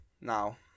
Now